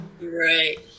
Right